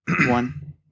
one